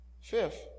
Fifth